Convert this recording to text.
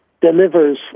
delivers